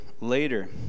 later